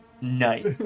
Nice